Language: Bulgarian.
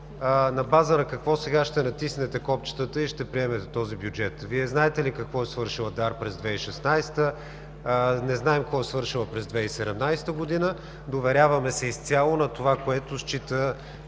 на база на какво сега ще натиснете копчетата и ще приемете този бюджет. Вие знаете ли какво е свършила ДАР през 2016 г.? Не знаем какво е свършила през 2017 г. Доверяваме се изцяло на това, което счита